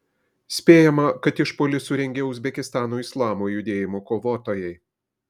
spėjama kad išpuolį surengė uzbekistano islamo judėjimo kovotojai